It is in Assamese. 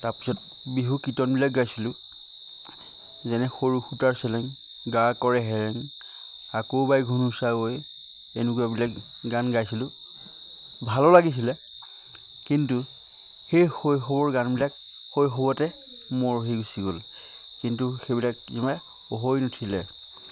তাৰপিছত বিহুৰ কীৰ্তনবিলাক গাইছিলোঁ যেনে সৰু সূতাৰ চেলেং গা কৰে হেৰেং আকৌ বাই ঘুনুচা হৈ এনেকুৱাবিলাক গান গাইছিলোঁ ভালো লাগিছিলে কিন্তু সেই শৈশৱৰ গানবিলাক শৈশৱতে মৰহি গুচি গ'ল কিন্তু সেইবিলাক ইমান হৈ নুঠিলে